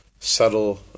subtle